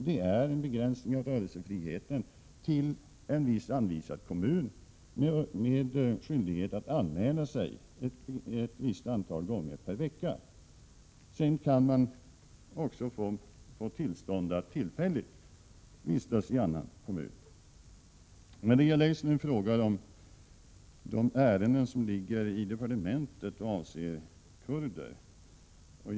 Det är en begränsning av rörelsefriheten till en viss anvisad kommun med skyldighet att anmäla sig ett visst antal gånger per vecka. Man kan också få tillstånd att tillfälligt vistas i annan kommun. Maria Leissner frågade om de ärenden som ligger i departementet avser kurder.